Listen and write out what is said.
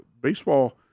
Baseball